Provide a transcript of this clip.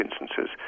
instances